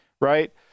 right